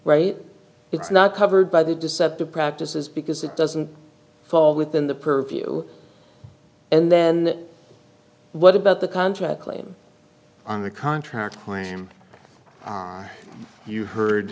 right it's not covered by the deceptive practices because it doesn't fall within the purview and then what about the contract claim on the contract claim you heard